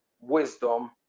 wisdom